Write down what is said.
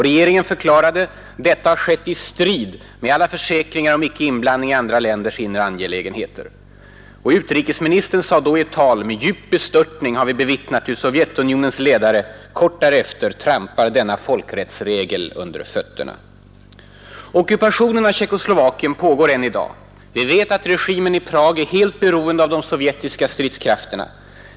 Regeringen förklarade: ”Detta har skett i strid med alla försäkringar om icke-inblandning i andra länders inre angelägenheter.” Utrikesministern sade då i ett tal: ”Med djup bestörtning har vi bevittnat hur Sovjetunionens ledare kort därefter trampar denna folkrättsregel under fötterna.” Ockupationen av Tjeckoslovakien pågår än i dag. Vi vet att regimen i Prag är helt beroende av de sovjetiska stridskrafterna.